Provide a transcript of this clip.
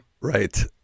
Right